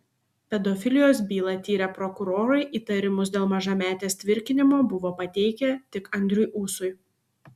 pedofilijos bylą tyrę prokurorai įtarimus dėl mažametės tvirkinimo buvo pateikę tik andriui ūsui